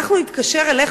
אנחנו נתקשר אליך,